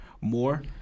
more